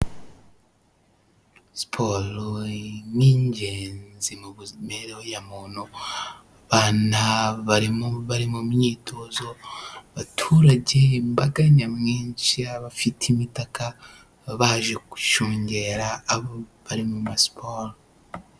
Siporo ni ingenzi mu mimibereho ya muntu harimo abari mu myitozo abaturage imbaga nyamwinshi y'abafite imipaka baje gushungera abo bari mu masiporo.